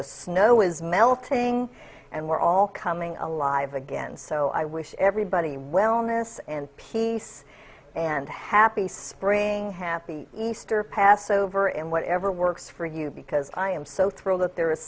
the snow is melting and we're all coming alive again so i wish everybody wellness and peace and happy spring happy easter passover and whatever works for you because i am so thrilled that there is